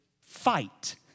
fight